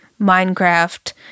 Minecraft